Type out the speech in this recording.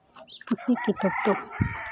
ᱠᱩᱥᱤ ᱠᱤᱛᱟᱹᱵ ᱫᱚ